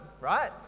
right